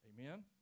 amen